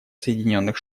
соединенных